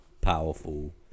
powerful